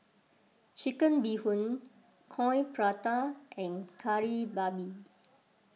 Chicken Bee Hoon Coin Prata and Kari Babi